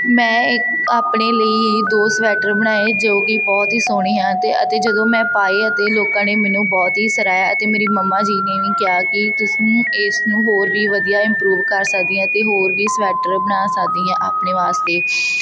ਮੈਂ ਇੱਕ ਆਪਣੇ ਲਈ ਦੋ ਸਵੈਟਰ ਬਣਾਏ ਜੋ ਕਿ ਬਹੁਤ ਹੀ ਸੋਹਣੀ ਆ ਅਤੇ ਅਤੇ ਜਦੋਂ ਮੈਂ ਪਾਏ ਅਤੇ ਲੋਕਾਂ ਨੇ ਮੈਨੂੰ ਬਹੁਤ ਹੀ ਸਰਾਇਆ ਅਤੇ ਮੇਰੀ ਮਮਾ ਜੀ ਨੇ ਵੀ ਕਿਹਾ ਕਿ ਤੁਸੀਂ ਇਸ ਨੂੰ ਹੋਰ ਵੀ ਵਧੀਆ ਇਮਪਰੂਵ ਕਰ ਸਕਦੀਆਂ ਅਤੇ ਹੋਰ ਵੀ ਸਵੈਟਰ ਬਣਾ ਸਕਦੀ ਆ ਆਪਣੇ ਵਾਸਤੇ